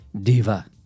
Diva